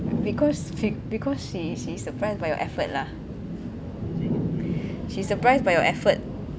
because because she she's surprised for your effort lah she's surprised by your effort